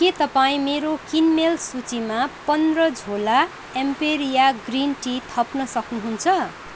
के तपाईँ मेरो किनमेल सूचीमा पन्ध्र झोला एम्पेरिया ग्रिन टी थप्न सक्नुहुन्छ